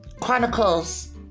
Chronicles